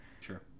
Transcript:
Sure